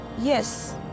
yes